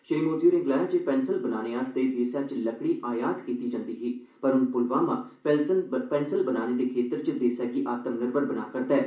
श्री मोदी होरें गलाया जे पेंसिल बनाने लेई देसै च लकड़ी आयात कीती जंदी ही पर हून पुलवामा पेंसिल बनाने दे खेतर च देसै गी आत्मनिर्भर बना करदा ऐ